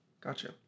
gotcha